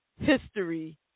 history